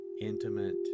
intimate